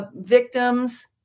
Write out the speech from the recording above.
victims